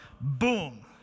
boom